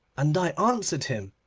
and i answered him,